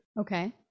okay